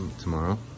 tomorrow